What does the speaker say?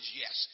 yes